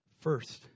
first